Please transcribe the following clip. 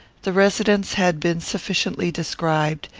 the residence had been sufficiently described,